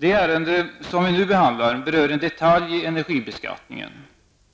Det ärende som vi nu behandlar berör en detalj i energibeskattningen.